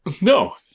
No